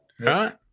right